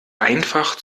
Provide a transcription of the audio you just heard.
einfach